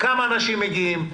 כמה אנשים מגיעים?